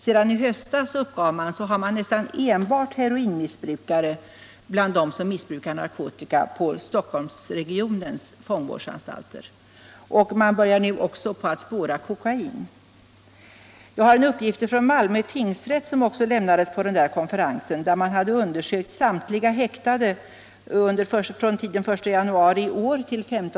Sedan i höstas, uppgav man, finns det nästan enbart heroinmissbrukare bland dem som missbrukar narkotika på Stockholmsregionens fångvårdsanstalter. Man börjar nu också spåra kokain.